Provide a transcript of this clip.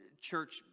church